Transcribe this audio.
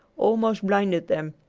almost blinded them,